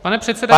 Pane předsedo